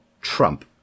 Trump